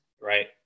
right